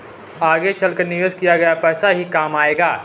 आगे चलकर निवेश किया गया पैसा ही काम आएगा